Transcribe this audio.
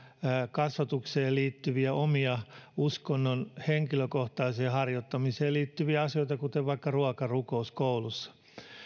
kasvatukseen liittyviä omia uskonnon henkilökohtaiseen harjoittamiseen liittyviä asioita kuten vaikka ruokarukous koulussa